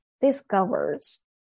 discovers